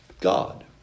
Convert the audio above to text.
God